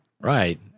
Right